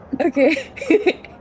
Okay